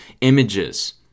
images